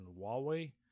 Huawei